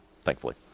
thankfully